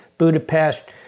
Budapest